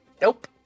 Nope